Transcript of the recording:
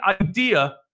idea